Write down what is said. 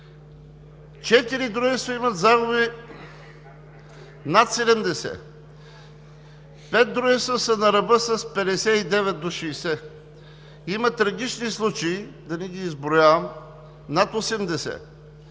дружества имат загуби над 70, пет дружества са на ръба с 59 до 60, има трагични случаи – да не ги изброявам, над 80.